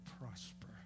prosper